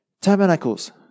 tabernacles